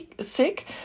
sick